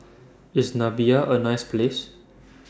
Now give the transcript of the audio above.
IS Namibia A nice Place